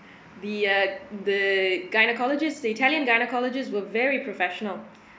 the uh the gynaecologist the italian gynaecologists were very professional